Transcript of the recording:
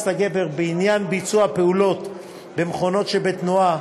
לגבר בעניין ביצוע פעולות במכונות שבתנועה,